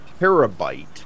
terabyte